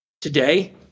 Today